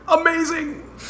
amazing